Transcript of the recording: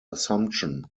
assumption